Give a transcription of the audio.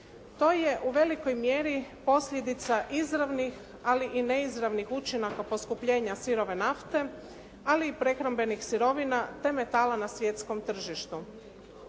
To je u velikoj mjeri posljedica izravnih, ali i neizravnih učinaka poskupljenja sirove nafte, ali i prehrambenih sirovina, te metala na svjetskom tržištu.